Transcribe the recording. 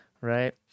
right